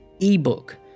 ebook